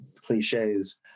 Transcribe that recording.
cliches